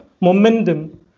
momentum